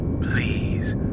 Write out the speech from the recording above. please